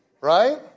right